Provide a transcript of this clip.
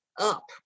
up